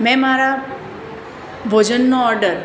મેં મારા ભોજનનો ઓડર